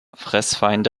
fressfeinde